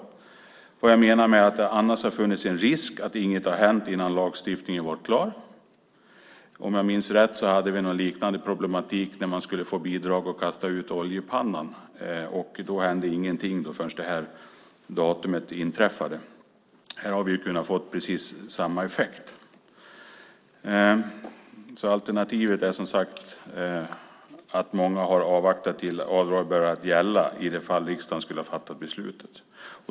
Jag menar att det annars funnits en risk att inget hade hänt innan lagstiftningen var klar. Om jag minns rätt hade vi en liknande problematik när man skulle få bidrag för att kasta ut oljepannan. Då hände ingenting förrän datumet inträffade. Här hade vi kunnat få precis samma effekt. Alternativet är, som sagt, alltså att många har avvaktat tills avdraget börjar gälla i det fall att riksdagen skulle fatta beslutet.